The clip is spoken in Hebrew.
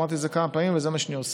אמרתי את זה כמה פעמים וזה מה שאני עושה,